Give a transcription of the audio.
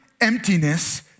emptiness